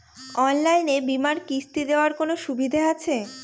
অনলাইনে বীমার কিস্তি দেওয়ার কোন সুবিধে আছে?